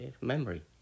memory